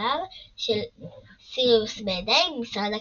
זיכויו של סיריוס בידי משרד הקסמים,